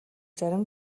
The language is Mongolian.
зарим